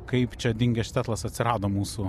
kaip čia dingęs štetlas atsirado mūsų